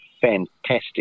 fantastic